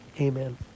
Amen